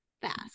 fast